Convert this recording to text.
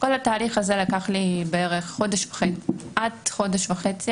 כל התהליך הזה לקח לי בערך עד חודש וחצי,